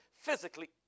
physically